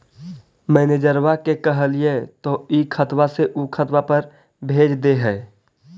मैनेजरवा के कहलिऐ तौ ई खतवा से ऊ खातवा पर भेज देहै?